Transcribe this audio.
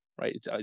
right